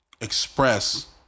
express